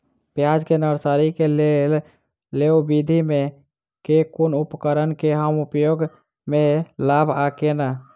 प्याज केँ नर्सरी केँ लेल लेव विधि म केँ कुन उपकरण केँ हम उपयोग म लाब आ केना?